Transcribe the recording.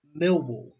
Millwall